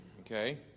okay